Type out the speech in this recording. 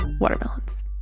watermelons